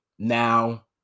Now